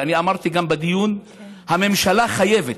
ואני אמרתי גם בדיון שהממשלה חייבת,